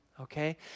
Okay